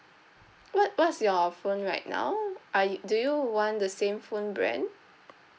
what what's your phone right now are you do you want the same phone brand